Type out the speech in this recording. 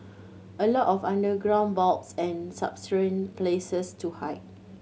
a lot of underground vaults and subterranean places to hide